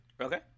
Okay